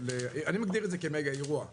אני מגדיר את זה כמגה אירוע.